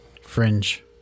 fringe